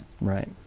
Right